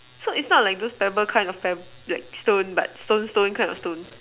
so it's not like those pebble kind of pebb~ stone but stone kind of stone stone